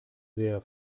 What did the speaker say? sehr